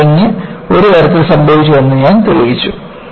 buckling ഒരു തരത്തിൽ സംഭവിച്ചുവെന്ന് ഞാൻ തെളിയിച്ചു